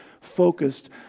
focused